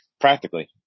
practically